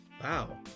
Wow